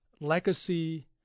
legacy